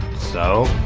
so?